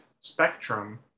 spectrum